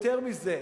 יותר מזה,